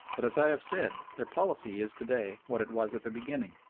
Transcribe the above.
but, as i have said, their policy is to-day what it was at the beginning,